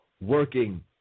working